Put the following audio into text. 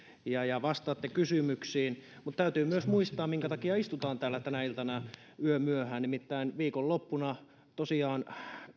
ja ja vastaatte kysymyksiin mutta täytyy myös muistaa minkä takia istutaan täällä tänä iltana yömyöhään nimittäin viikonloppuna tosiaan